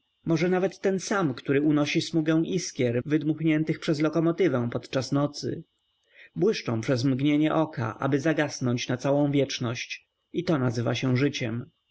może nawet ten sam który unosi smugę iskier wydmuchniętych przez lokomotywę podczas nocy błyszczą przez mgnienie oka aby zagasnąć na całą wieczność i to nazywa się życiem